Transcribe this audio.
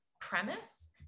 premise